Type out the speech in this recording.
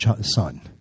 son